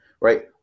Right